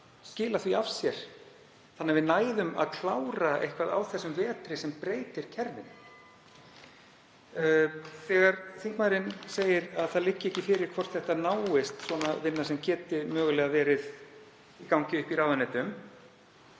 skila því af sér þannig að við næðum að klára eitthvað á þessum vetri sem breytir kerfinu. Þegar þingmaðurinn segir að það liggi ekki fyrir hvort það náist, svona vinna sem geti mögulega verið í gangi í ráðuneytum,